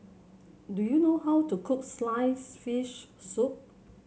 do you know how to cook slice fish soup